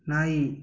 ನಾಯಿ